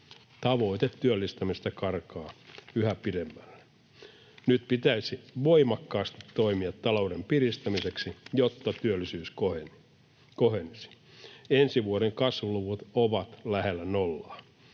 Tavoite työllistämisestä karkaa yhä pidemmälle. Nyt pitäisi voimakkaasti toimia talouden piristämiseksi, jotta työllisyys kohenisi. Ensi vuoden kasvuluvut ovat lähellä nollaa.